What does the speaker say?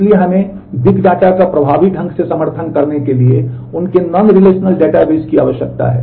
इसलिए हमें big data database की आवश्यकता है